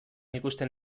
ikusten